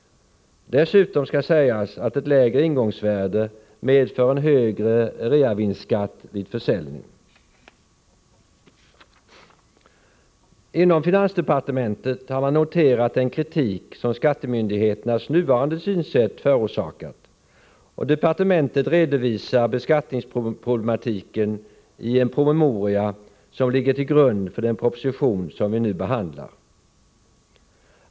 Dessutom skall sägas att ett lägre ingångsvärde medför en högre reavinstskatt vid försäljning. Inom finansdepartementet har man noterat den kritik som skattemyndig 97 heternas nuvarande synsätt förorsakat, och departementet redovisar beskattningsproblematiken i en promemoria som ligger till grund för den proposition som vi nu behandlar.